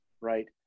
right